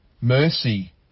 Mercy